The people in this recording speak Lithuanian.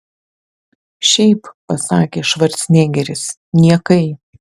šiaip pasakė švarcnegeris niekai